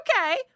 okay